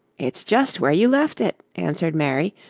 it's just where you left it, answered mary,